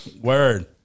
word